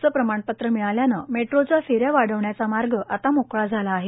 चे प्रमाणपत्र मिळाल्याने मेट्रोच्या फेऱ्या वाढविण्याचा मार्ग आता मोकळा झाला आहे